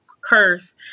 curse